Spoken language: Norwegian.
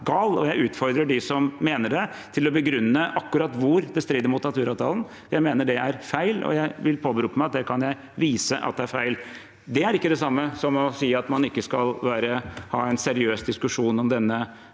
og jeg utfordrer dem som mener det, til å begrunne akkurat hvor det strider mot naturavtalen. Jeg mener det er feil, og jeg vil påberope meg at jeg kan vise at det er feil. Det er ikke det samme som å si at man ikke skal ha en seriøs diskusjon om denne